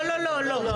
לא, לא, לא.